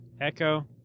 Echo